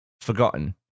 forgotten